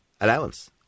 allowance